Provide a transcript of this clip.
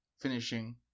finishing